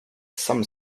some